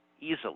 easily